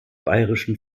bayerischen